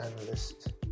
analyst